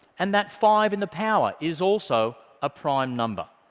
and that five in the power is also a prime number.